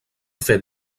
fet